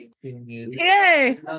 Yay